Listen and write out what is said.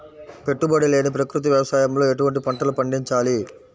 పెట్టుబడి లేని ప్రకృతి వ్యవసాయంలో ఎటువంటి పంటలు పండించాలి?